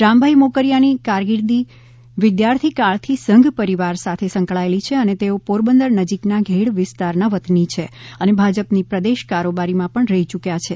રામભાઇ મોકરિયાની કારકિર્દી વિદ્યાર્થી કાળથી સંઘ પરિવાર સાથે સંકળાયેલી છે અને તેઓ પોરબંદર નજીકના ઘેડ વિસ્તારના વતની છે અને ભાજપની પ્રદેશ કારોબારીમાં પણ રહી યૂક્યા છે